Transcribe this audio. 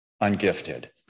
ungifted